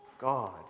God